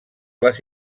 les